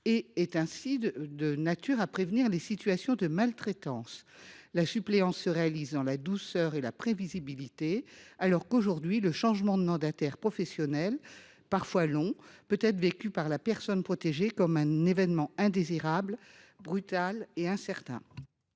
ce qui permet de prévenir les situations de maltraitance. La suppléance se réalise dans la douceur et la prévisibilité, alors qu’aujourd’hui le changement de mandataire professionnel, parfois long, peut être vécu par la personne protégée comme un événement indésirable, brutal et incertain.